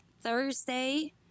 thursday